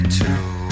two